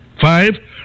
Five